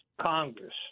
Congress